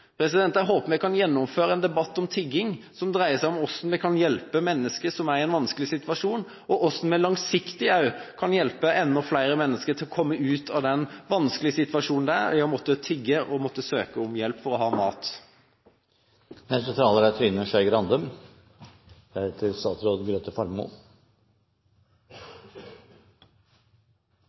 Jeg håper vi kan gjennomføre en debatt om tigging som dreier seg om hvordan vi kan hjelpe mennesker som er i en vanskelig situasjon, og hvordan vi langsiktig kan hjelpe enda flere mennesker til å komme ut av den vanskelige situasjonen det er å måtte søke om hjelp og tigge for å